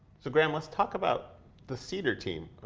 so graham let's talk about the cedar team,